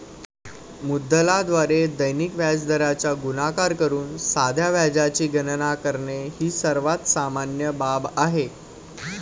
मुद्दलाद्वारे दैनिक व्याजदराचा गुणाकार करून साध्या व्याजाची गणना करणे ही सर्वात सामान्य बाब आहे